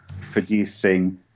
producing